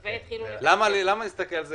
למה לראות את זה